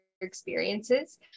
experiences